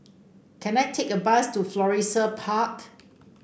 can I take a bus to Florissa Park